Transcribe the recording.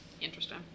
Interesting